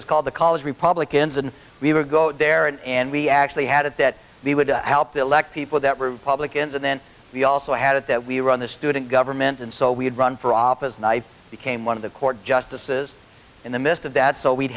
was called the college republicans and we would go there and we actually had it that we would help elect people that republicans and then we also had it that we run the student government and so we had run for office and i became one of the court justices in the midst of that so we'd